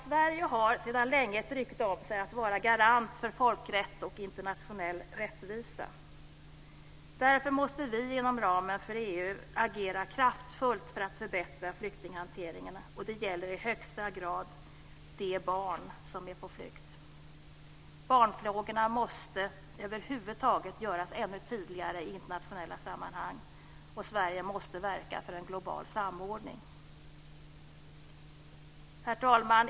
Sverige har sedan länge ett rykte om sig att vara garant för folkrätt och internationell rättvisa. Därför måste vi inom ramen för EU agera kraftfullt för att förbättra flyktinghanteringen. Det gäller i högsta grad de barn som är på flykt. Barnfrågorna över huvud taget måste göras ännu tydligare i internationella sammanhang. Sverige måste verka för en global samordning. Herr talman!